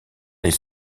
les